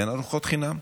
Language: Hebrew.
אין ארוחות חינם.